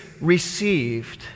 received